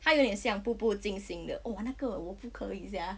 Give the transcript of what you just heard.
它有点像步步惊心的 !wah! 那个我不可以 sia